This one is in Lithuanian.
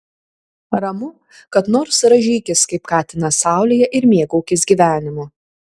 ramu kad nors rąžykis kaip katinas saulėje ir mėgaukis gyvenimu